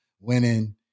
winning